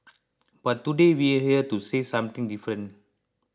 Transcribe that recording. but today we're here to say something different